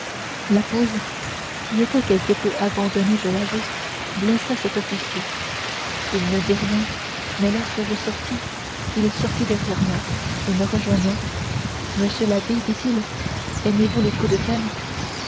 la pose qui était quelque peu abandonnée je l'avoue blessa cet officier il ne dit rien mais lorsque je sortis il sortit derrière moi et me rejoignant monsieur l'abbé dit-il aimez-vous les coups de canne